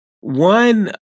One